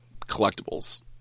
collectibles